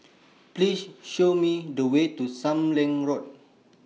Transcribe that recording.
Please Show Me The Way to SAM Leong Road